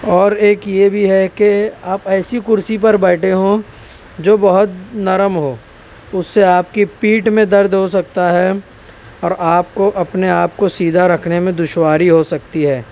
اور ایک یہ بھی ہے کہ آپ ایسی کرسی پر بیٹھے ہوں جو بہت نرم ہو اس سے آپ کی پیٹھ میں درد ہو سکتا ہے اور آپ کو اپنے آپ کو سیدھا رکھنے میں دشواری ہو سکتی ہے